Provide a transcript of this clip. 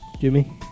Jimmy